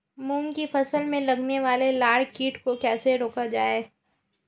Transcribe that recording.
मूंग की फसल में लगने वाले लार कीट को कैसे रोका जाए?